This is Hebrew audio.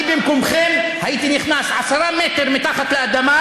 אני במקומכם הייתי נכנס עשרה מטר מתחת לאדמה,